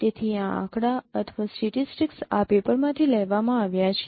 તેથી આ આંકડા આ પેપરમાંથી લેવામાં આવ્યા છે